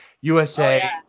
USA